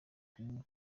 kumwe